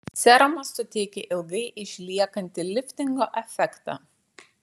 serumas suteikia ilgai išliekantį liftingo efektą